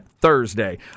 thursday